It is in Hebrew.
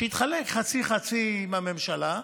שהתחלק חצי-חצי עם הממשלה,